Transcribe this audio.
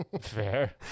fair